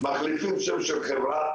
מחליפים שם של חברה,